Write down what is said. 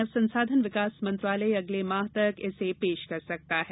मानव संसाधन विकास मंत्रालय अगले माह तक इसे पेश कर सकता है